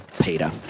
Peter